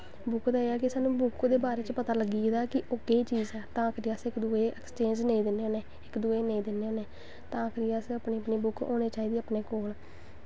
book दा एह् ऐ कि सानूं बुक्क दे बारे च पता लग्गी गेदा ऐ कि केह् चीज़ ऐ तां करियै अस इक दुए गी नेईं दिन्ने होन्ने तां करियै असें अपनी अपनी बुक्क होनी चाहिदी अपने कोल